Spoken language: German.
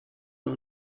nur